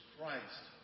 Christ